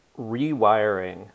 rewiring